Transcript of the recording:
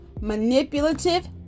manipulative